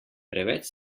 preveč